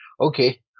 okay